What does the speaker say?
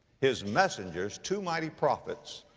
his messengers, two mighty prophets.